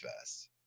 fast